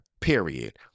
Period